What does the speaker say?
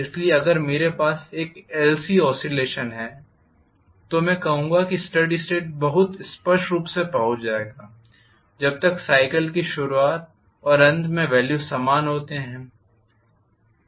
इसलिए अगर मेरे पास एक LCऑसिलेशन है तो मैं कहूंगा कि स्टेडी स्टेट बहुत स्पष्ट रूप से पहुंच जाएगा जब तक साइकल की शुरुआत और अंत में वेल्यू समान होते हैं